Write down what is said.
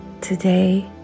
Today